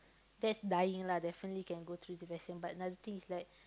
that's dying lah definitely can go through depression but another thing is like